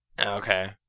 Okay